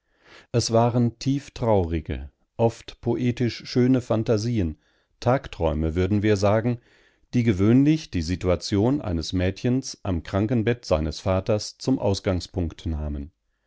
es waren tieftraurige oft poetisch schöne phantasien tagträume würden wir sagen die gewöhnlich die situation eines mädchens am krankenbett seines vaters zum ausgangspunkt nahmen